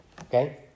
Okay